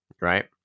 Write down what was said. right